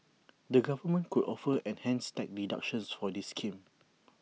the government could offer enhanced tax deductions for this scheme